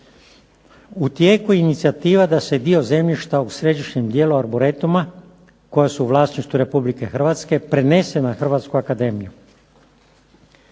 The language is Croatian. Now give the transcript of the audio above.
U tijeku je i inicijativa da se dio zemljišta u središnjem dijelu Arboretuma koja su u vlasništvu Republike Hrvatske prenese na Hrvatsku akademiju.